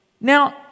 Now